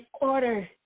order